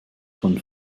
von